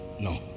No